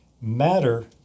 matter